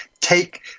take